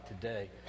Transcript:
today